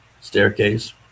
staircase